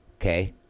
Okay